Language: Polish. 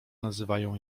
nazywają